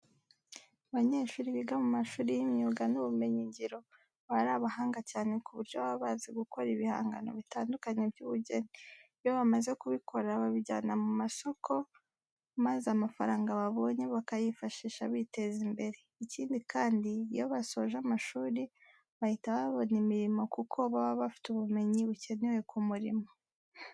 Abanyeshuri biga mu mashuri y'imyuga n'ubumenyingiro, baba ari abahanga cyane ku buryo baba bazi gukora ibihangano bitandukanye by'ubugeni. Iyo bamaze kubikora babijyana ku masoko maze amafaranga babonye bakayifashisha biteza imbere. Ikindi kandi, iyo basoje amashuri bahita babona imirimo kuko baba bafite ubumenyi bukenewe ku murimo.